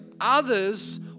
others